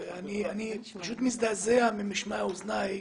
אני מזדעזע ממשמע אזני,